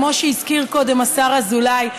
כמו שהזכיר קודם השר אזולאי,